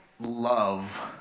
love